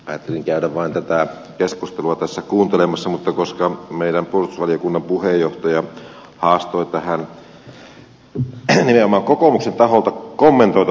ajattelin käydä vain tätä keskustelua tässä kuuntelemassa mutta puolustusvaliokunnan puheenjohtaja haastoi nimenomaan kokoomuksen taholta tätä kommentoimaan